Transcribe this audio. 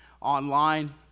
online